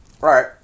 right